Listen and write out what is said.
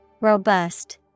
Robust